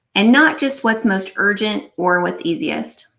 and not just what's most urgent or what's easiest.